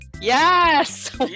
Yes